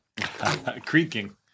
Creaking